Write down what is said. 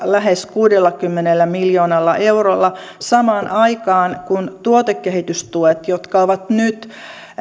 lähes kuudellakymmenellä miljoonalla eurolla samaan aikaan kun tuotekehitystukia jotka ovat nyt